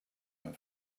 and